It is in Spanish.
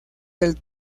del